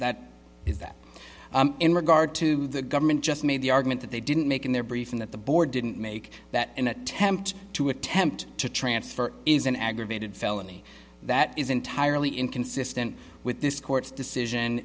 that is that in regard to the government just made the argument that they didn't make in their briefing that the board didn't make that an attempt to attempt to transfer is an aggravated felony that is entirely inconsistent with this court's decision